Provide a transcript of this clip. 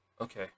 Okay